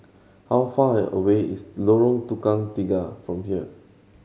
how far away is Lorong Tukang Tiga from here